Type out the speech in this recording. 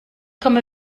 komme